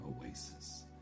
oasis